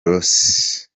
rossi